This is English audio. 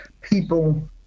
people